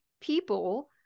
people